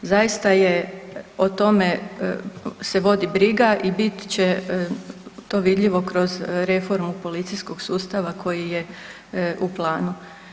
Zaista je o tome se vodi briga i bit će to vidljivo kroz reformu policijskog sustava koji je u planu.